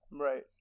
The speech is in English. right